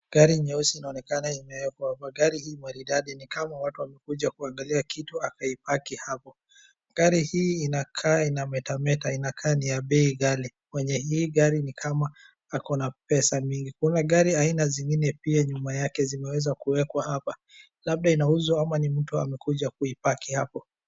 Gari nyeusi inaonekana imewekwa hapa. Gari hii maridadi ni kama watu wamekuja kuangalia kitu akaipaki hapo. Gari hii inakaa ina metameta. Inakaa ni ya bei ghali. Mwenye hii gari ni kama akona pesa mingi. Kuna gari aina zingine pia nyuma yake zimeweza kuwekwa hapa. Labda inauzwa ama ni mtu amekuja kuipaki hapo.